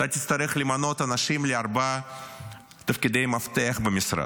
אתה תצטרך למנות אנשים לארבעה תפקידי מפתח במשרד.